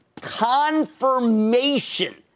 confirmation